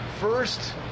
first